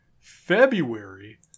February